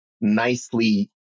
nicely